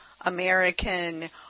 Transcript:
American